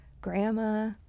Grandma